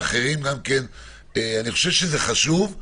אני חושב שזה חשוב,